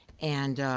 and,